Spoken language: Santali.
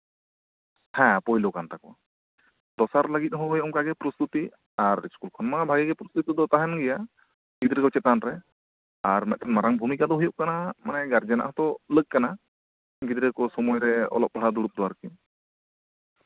ᱦᱮᱸ ᱯᱳᱭᱞᱳ ᱠᱟᱱ ᱛᱟᱠᱚᱣᱟ ᱫᱚᱥᱟᱨ ᱞᱟᱹᱜᱤᱫ ᱦᱚᱸ ᱦᱳᱭ ᱚᱱᱠᱟ ᱜᱮ ᱯᱨᱚᱥᱛᱩᱛᱤ ᱟᱨ ᱥᱠᱩᱞ ᱠᱷᱚᱱ ᱢᱟ ᱵᱷᱟᱹᱜᱤ ᱜᱮ ᱯᱨᱚᱥᱛᱩᱛᱤ ᱫᱚ ᱛᱟᱦᱮᱱ ᱜᱮᱭᱟ ᱜᱤᱫᱽᱨᱟᱹ ᱠᱚ ᱪᱮᱛᱟᱱ ᱨᱮ ᱟᱨ ᱢᱤᱫᱴᱮᱱ ᱢᱟᱨᱟᱝ ᱵᱷᱩᱢᱤᱠᱟ ᱫᱚ ᱦᱩᱭᱩᱜ ᱠᱟᱱᱟ ᱡᱮ ᱜᱟᱨᱡᱮᱱᱟᱜ ᱦᱚᱸᱛᱚ ᱞᱟᱹᱠ ᱠᱟᱱᱟ ᱜᱤᱫᱽᱨᱟᱹ ᱠᱚ ᱥᱚᱢᱚᱭ ᱨᱮ ᱚᱞᱚᱜ ᱯᱟᱲᱦᱟᱜ ᱫᱩᱲᱩᱵ ᱞᱟᱹᱜᱤᱫ ᱛᱮ ᱟᱨᱠᱤ